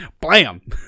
Blam